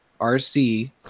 RC